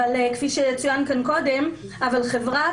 אבל כפי שצוין כאן קודם חברה,